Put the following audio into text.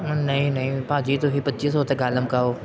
ਨਹੀਂ ਨਹੀਂ ਭਾਅ ਜੀ ਤੁਸੀਂ ਪੱਚੀ ਸੌ 'ਤੇ ਗੱਲ ਮੁਕਾਓ